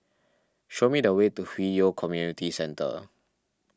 show me the way to Hwi Yoh Community Centre